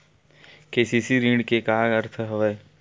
KCC ऋण के का अर्थ हवय?